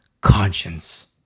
conscience